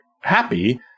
happy